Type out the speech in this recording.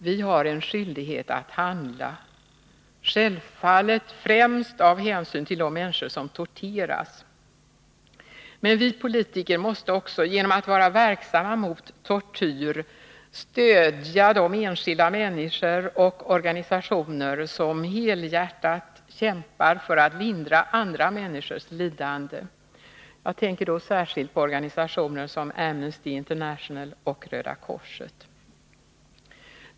Vi har en skyldighet att handla — självfallet främst av hänsyn till de människor som torteras. Men vi politiker måste också genom att vara verksamma mot tortyr stödja de enskilda människor och organisationer som helhjärtat kämpar för att lindra andra människors lidande. Jag tänker då särskilt på organisationer som Amnesty International och Röda korset.